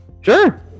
Sure